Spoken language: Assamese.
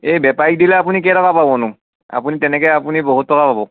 এই বেপাৰীক দিলে আপুনি কেই টকা পাবনো আপুনি তেনেকৈ আপুনি বহুত টকা পাব